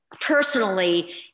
personally